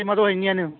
मा दहायनियानो